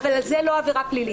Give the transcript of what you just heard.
זה לא עבירה פלילית.